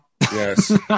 Yes